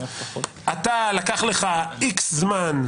אתה לקח לך X זמן,